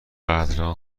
قدردان